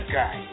guy